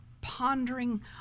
pondering